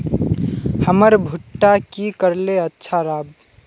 हमर भुट्टा की करले अच्छा राब?